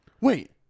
Wait